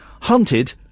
Hunted